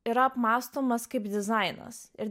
yra apmąstomas kaip dizainas ir